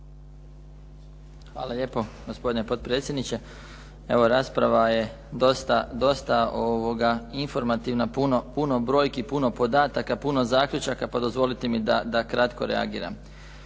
Hvala lijepo gospodine potpredsjedniče. Evo rasprava je dosta informativna, puno brojki, puno podataka, puno zaključaka, pa dozvolite mi da kratko reagiram.